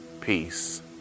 peace